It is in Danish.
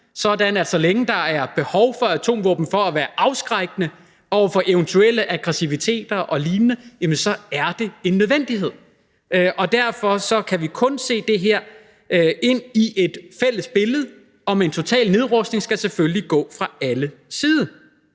balance. Så længe, der er behov for atomvåben for at være afskrækkende over for eventuel aggressivitet og lignende, så er det en nødvendighed. Derfor kan vi kun se det her ind i et fælles billede, og en total nedrustning skal selvfølgelig ske fra alle sider.